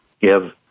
give